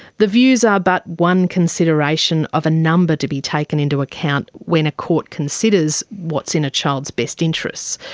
the views are but one consideration of a number to be taken into account when a court considers what's in a child's best interests.